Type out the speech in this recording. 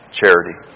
charity